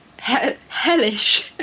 Hellish